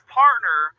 partner